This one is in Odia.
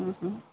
ହୁଁ ହୁଁ